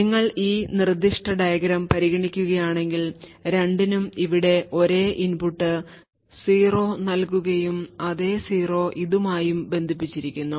നിങ്ങൾ ഈ നിർദ്ദിഷ്ട ഡയഗ്രം പരിഗണിക്കുകയാണെങ്കിൽ രണ്ടിനും ഇവിടെ ഒരേ ഇൻപുട്ട് 0 നൽകുകയും അതേ 0 ഇതുമായും ബന്ധിപ്പിച്ചിരിക്കുന്നു